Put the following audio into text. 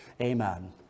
Amen